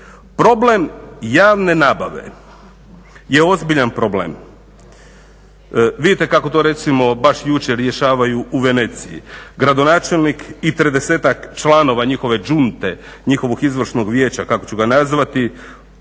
Problem javne nabave je ozbiljan problem. Vidite kako to recimo baš jučer rješavaju u Veneciji, gradonačelnik i 30-ak članova njihove …, njihovog izvršnog vijeća kako ću ga nazvati,